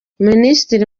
minisitiri